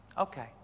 Okay